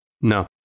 No